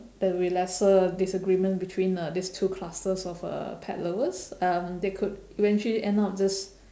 there will lesser disagreements between uh these two clusters of uh pet lovers and they could eventually end up just